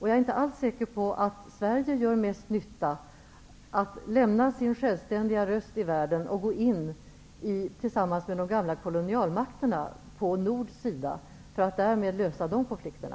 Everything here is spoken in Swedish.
Jag är inte alls säker på att Sverige gör mest nytta med att avstå sin självständiga röst i världen och gå in tillsammans med de gamla kolonialmakterna på nords sida för att därmed lösa de konflikterna.